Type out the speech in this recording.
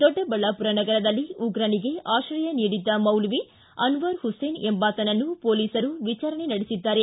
ದೊಡ್ಡಬಳ್ಳಾಪುರ ನಗರದಲ್ಲಿ ಉಗ್ರನಿಗೆ ಆಶ್ರಯ ನೀಡಿದ್ದ ಮೌಲ್ವಿ ಆನ್ವರ್ಮಸೇನ್ ಎಂಬಾತನನ್ನು ಪೊಲೀಸರು ವಿಚಾರಣೆ ನಡೆಸಿದ್ದಾರೆ